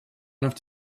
enough